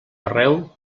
arreu